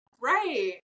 Right